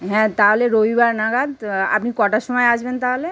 হ্যাঁ তাহলে রবিবার নাগাদ আপনি কটার সময় আসবেন তাহলে